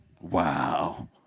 Wow